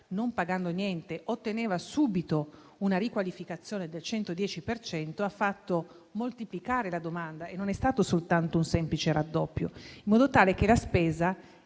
non pagando niente, otteneva subito una riqualificazione del 110 per cento, ha fatto moltiplicare la domanda (non è stato soltanto un semplice raddoppio), in modo tale che la spesa